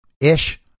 ish